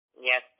Yes